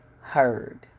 heard